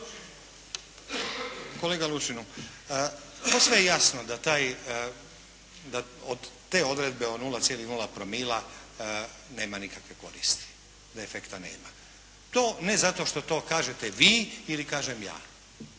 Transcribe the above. Kolega Lučinu, posve je jasno da taj, da od te odredbe od 0,0 promila nema nikakve koristi, da efekta nema. To ne zato što to kažete vi ili kažem ja.